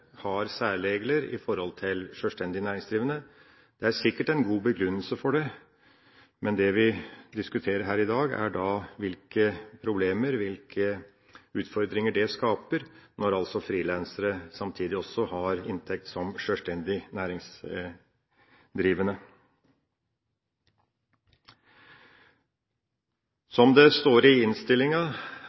har særregler i forhold til sjølstendig næringsdrivende. Det er sikkert en god begrunnelse for det, men det vi diskuterer her i dag, er hvilke problemer, hvilke utfordringer, det skaper når frilansere samtidig har inntekt som sjølstendig næringsdrivende. Det står i innstillinga